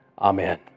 Amen